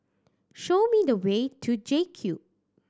show me the way to JCube